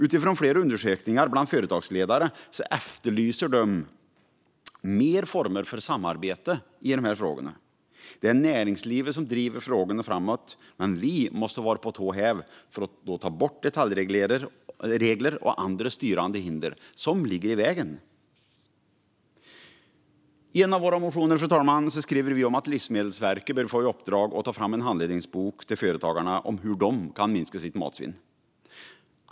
Utifrån flera undersökningar bland företagsledare vet vi att de efterlyser fler former av samarbete i dessa frågor. Det är näringslivet som driver frågorna framåt, men vi måste vara på tå häv för att ta bort detaljregler och andra styrande hinder som ligger i vägen. Fru talman! I en av våra motioner skriver vi att Livsmedelsverket bör få i uppdrag att ta fram en handledningsbok till företagarna om hur de kan minska sitt matsvinn.